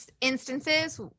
instances